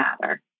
matter